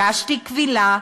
הגשתי קבילה.